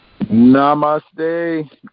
Namaste